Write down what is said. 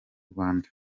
rwanda